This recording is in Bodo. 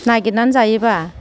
नागिरनानै जायोबा